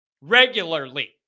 Regularly